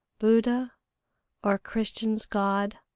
buddha or christians' god,